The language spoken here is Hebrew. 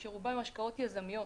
שרובן הן השקעות יזמיות.